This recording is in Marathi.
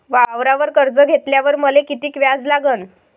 वावरावर कर्ज घेतल्यावर मले कितीक व्याज लागन?